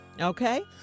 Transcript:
Okay